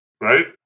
right